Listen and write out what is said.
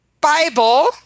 Bible